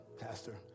Pastor